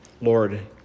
Lord